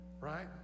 right